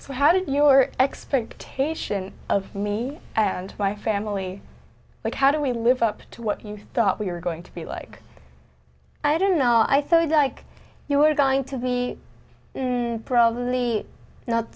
for how did your expectation of me and my family like how do we live up to what you thought we were going to be like i don't know i thought i'd like you are going to be probably not